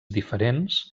diferents